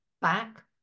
back